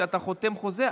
כשאתה חותם על חוזה,